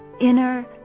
Inner